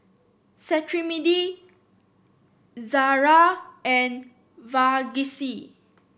Cetrimide Ezerra and Vagisil